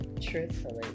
truthfully